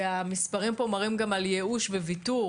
והמספרים פה מראים גם על ייאוש וויתור